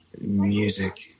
music